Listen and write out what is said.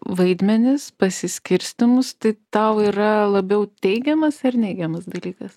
vaidmenis pasiskirstymus tai tau yra labiau teigiamas ar neigiamas dalykas